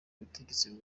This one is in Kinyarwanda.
ubutegetsi